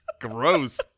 gross